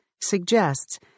suggests